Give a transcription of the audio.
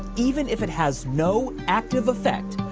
even if it has no active effect.